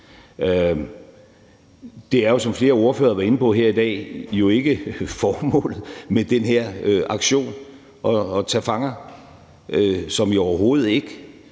Det er jo, som flere ordførere har været inde på her i dag, ikke formålet med den her aktion at tage fanger – overhovedet ikke.